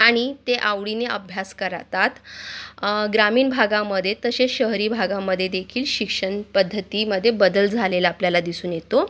आणि ते आवडीने अभ्यास करतात ग्रामीण भागामध्ये तसेच शहरी भागामध्येदेखील शिक्षणपद्धतीमध्ये बदल झालेला आपल्याला दिसून येतो